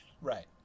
right